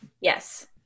Yes